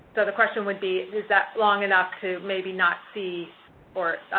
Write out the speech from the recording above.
so, the question would be, is that long enough to maybe not see a,